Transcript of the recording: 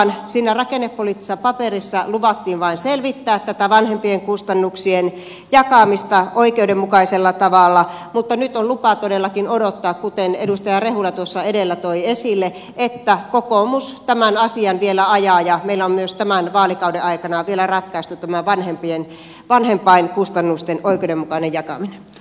siinä rakennepoliittisessa paperissa luvattiin vain selvittää tätä vanhempien kustannuksien jakamista oikeudenmukaisella tavalla mutta nyt on lupa todellakin odottaa kuten edustaja rehula tuossa edellä toi esille että kokoomus tämän asian vielä ajaa ja meillä on vielä tämän vaalikauden aikana ratkaistu myös tämä vanhempainkustannusten oikeudenmukainen jakaminen